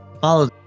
follow